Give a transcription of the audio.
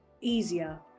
easier